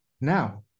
Now